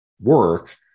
work